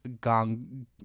Gong